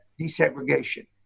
desegregation